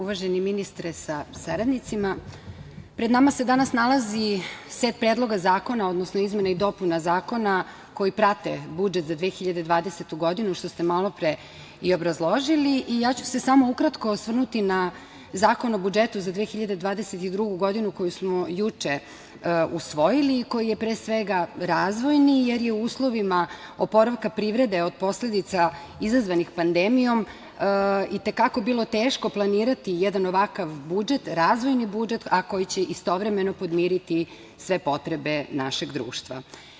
Uvaženi ministre sa saradnicima, pred nama se danas nalazi set predloga zakona, odnosno izmene i dopuna zakona koji prate budžet za 2020. godinu, što ste malopre i obrazložili i ja ću se samo ukratko osvrnuti na Zakon o budžetu za 2022. godinu koji smo juče usvojili i koji je pre svega razvojni, jer je u uslovima oporavka privrede od posledica izazvanih pandemijom i te kako bilo teško planirati jedan ovakav budžet, razvojni budžet, a koji će istovremeno podmiriti sve potrebe našeg društva.